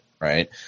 right